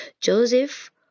Joseph